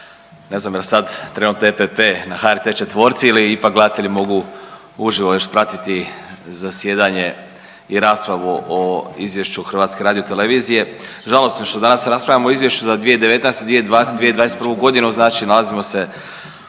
Ne znam je li sad trenutno EPP na HRT 4-ici ili ipak gledatelji mogu uživo još pratiti zasjedanje i raspravu o Izvješću HRT-a. Žalosno je što danas raspravljamo o Izvješću za 2019. i 2020. i 2021.g., znači nalazimo se